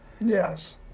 yes